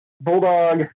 Bulldog